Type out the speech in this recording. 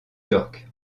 york